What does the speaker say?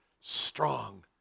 strong